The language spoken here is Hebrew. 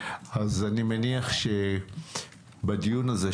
אז אני מניח שבדיון הזה,